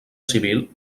civil